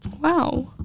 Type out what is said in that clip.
wow